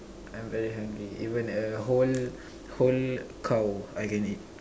I'm very hungry even a whole whole cow I can eat